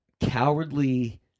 cowardly